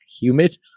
Humid